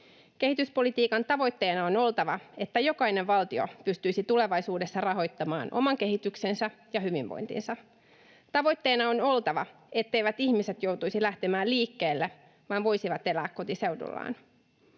Kehityspolitiikan tavoitteena on oltava, että jokainen valtio pystyisi tulevaisuudessa rahoittamaan oman kehityksensä ja hyvinvointinsa. Tavoitteena on oltava, etteivät ihmiset joutuisi lähtemään liikkeelle vaan voisivat elää kotiseudullaan.